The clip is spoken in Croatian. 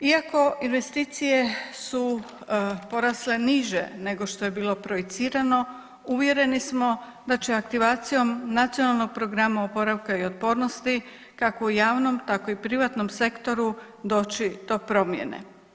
Iako investicije su porasle niže nego što je bilo projicirano uvjereni smo da će aktivacijom Nacionalnog plana oporavka i otpornosti kako u javnom tako i u privatnom sektoru doći do promjene.